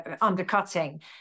undercutting